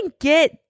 get